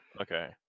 Okay